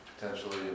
potentially